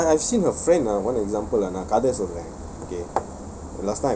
you know I I I've seen her friend ah one example ah கத சொல்றேன்:kadha solren okay